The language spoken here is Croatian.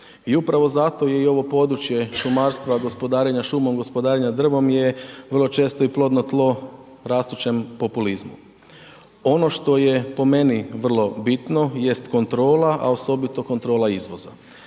i upravo zato je i ovo područje šumarstva, gospodarenja šumom, gospodarenja drvom, je vrlo često i plodno tlo rastućem populizmu. Ono što je po meni vrlo bitno jest kontrola, a osobito kontrola izvoza